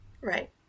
Right